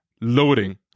loading